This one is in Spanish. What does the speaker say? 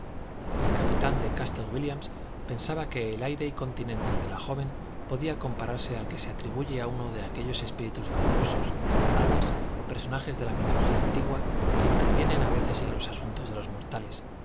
el capitán de castle wílliam pensaba que el aire y continente de la joven podía compararse al que se atribuye a uno de aquellos espíritus fabulosos hadas o personajes de la mitología antigua que intervienen a veces en los asuntos de los mortales